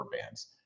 bands